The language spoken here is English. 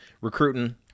recruiting